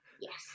Yes